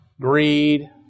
greed